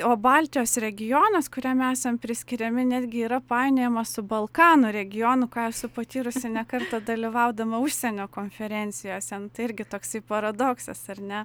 o baltijos regionas kuriam esam priskiriami netgi yra painiojamas su balkanų regionu ką esu patyrusi ne kartą dalyvaudama užsienio konferencijose nu tai irgi toksai paradoksas ar ne